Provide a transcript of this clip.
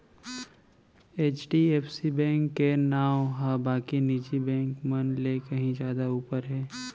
HDFC bank के नांव ह बाकी निजी बेंक मन ले कहीं जादा ऊपर हे